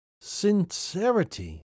sincerity